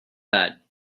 that